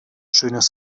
schönes